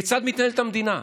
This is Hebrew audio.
כיצד מתנהלת המדינה,